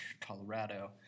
Colorado